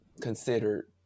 considered